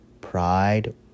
Pride